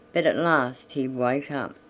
but at last he woke up,